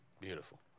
Beautiful